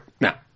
now